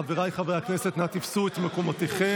חבריי חברי הכנסת, אנא תפסו את מקומותיכם.